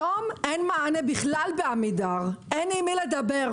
היום אין בכלל מענה בעמידר, אין עם מי לדבר.